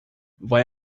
vai